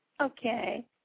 Okay